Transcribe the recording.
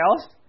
else